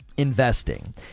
Investing